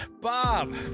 Bob